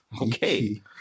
Okay